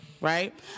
right